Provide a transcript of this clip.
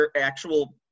actual